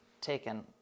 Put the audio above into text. taken